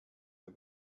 der